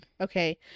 Okay